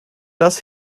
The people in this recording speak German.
das